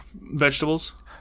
vegetables